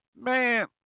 Man